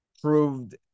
Proved